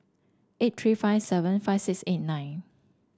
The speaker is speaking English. eight three five seven five six eight nine